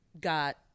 got